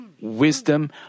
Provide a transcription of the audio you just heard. wisdom